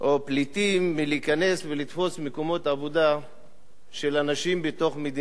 להיכנס ולתפוס מקומות עבודה של אנשים בתוך מדינת ישראל.